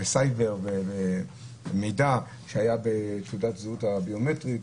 וסייבר ומידע שהיה בתעודת הזהות הביומטרית,